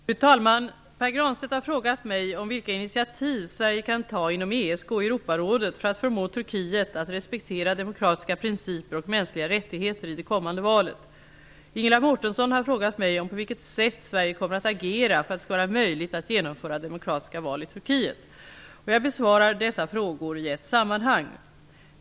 Fru talman! Pär Granstedt har frågat mig om vilka initiativ Sverige kan ta inom ESK och Europarådet för att förmå Turkiet att respektera demokratiska principer och mänskliga rättigheter i det kommande valet. Ingela Mårtensson har frågat mig om på vilket sätt Sverige kommer att agera för att det skall vara möjligt att genomföra demokratiska val i Turkiet. Jag besvarar dessa frågor i ett sammanhang.